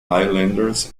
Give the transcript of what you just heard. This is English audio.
highlanders